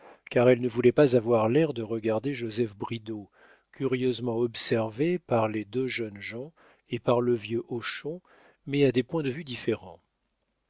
car elle ne voulait pas avoir l'air de regarder joseph bridau curieusement observé par les deux jeunes gens et par le vieux hochon mais à des points de vue différents